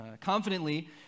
confidently